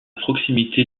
proximité